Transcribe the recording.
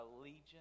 allegiance